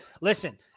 listen